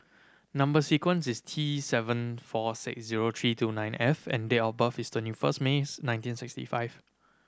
number sequence is T seven four six zero three two nine F and date of birth is twenty first May's nineteen sixty five